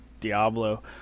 Diablo